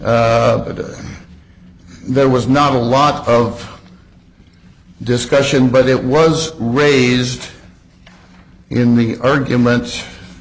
that there was not a lot of discussion but it was raised in many arguments